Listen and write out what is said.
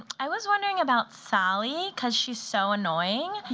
i was wondering about sally, because she's so annoying.